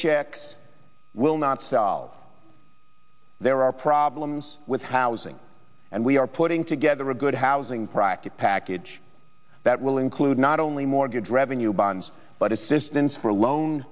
checks will not solve there are problems with housing and we are putting together a good housing practice package that will include not only mortgage revenue bonds but assistance for loan